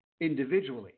individually